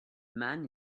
man